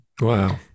wow